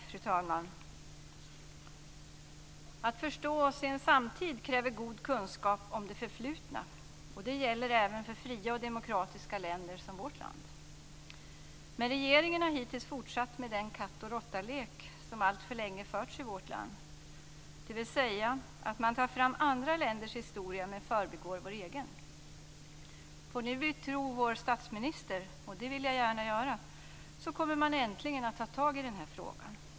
Fru talman! Att förstå sin samtid kräver god kunskap om det förflutna, och det gäller även för fria och demokratiska länder som vårt land. Men regeringen har hittills fortsatt med den katt-och-råtta-lek som alltför länge förts i vårt land, dvs. att man tar fram andra länders historia men förbigår den egna. Får vi nu tro vår statsminister, och det vill jag gärna göra, så kommer man äntligen att ta tag i den här frågan.